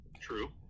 True